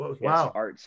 Wow